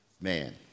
man